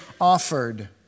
offered